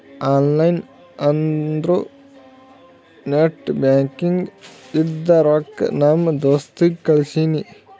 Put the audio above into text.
online ಅಂದುರ್ net banking ಇಂದ ರೊಕ್ಕಾ ನಮ್ ದೋಸ್ತ್ ಕಳ್ಸಿನಿ